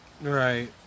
Right